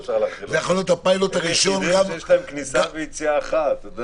יש להם כניסה ויציאה אחת.